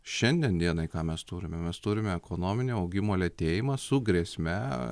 šiandien dienai ką mes turime mes turime ekonominio augimo lėtėjimą su grėsme